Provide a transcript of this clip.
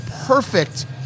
Perfect